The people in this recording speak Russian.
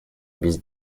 без